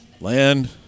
Land